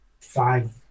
five